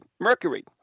Mercury